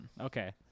Okay